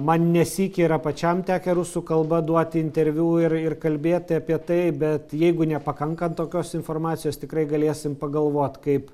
man ne sykį yra pačiam tekę rusų kalba duoti interviu ir ir kalbėti apie tai bet jeigu nepakankant tokios informacijos tikrai galėsim pagalvot kaip